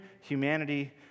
humanity